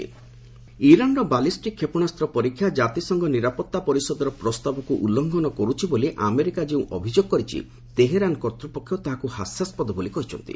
Iran US nuclear ଇରାନ୍ର ballistic କ୍ଷେପଣାସ୍ତ ପରୀକ୍ଷା ଜାତିସଂଘ ନିରାପତ୍ତା ପରିଷଦର ପ୍ରସ୍ତାବକୁ ଉଲ୍ଲୁଙ୍ଘନ କରୁଛି ବୋଲି ଆମେରିକା ଯେଉଁ ଅଭିଯୋଗ କରିଛି ତେହେରାନ୍ କର୍ତ୍ତ୍ୱପକ୍ଷ ତାହାକୁ ହାସ୍ୟାସ୍ବଦ ବୋଲି କହିଛନ୍ତି